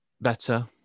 better